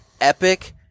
epic